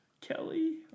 Kelly